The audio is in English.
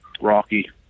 rocky